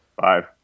five